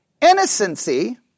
innocency